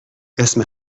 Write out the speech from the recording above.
اسم